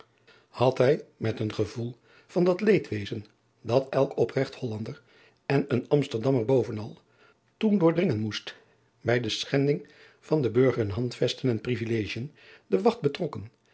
ad hij met een gevoel van dat leedwezen dat elk echten ollander en een msterdammer bovenal toen doordringen moest bij de schending van der urgeren andvesten en rivilegien de wacht betrokken